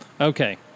okay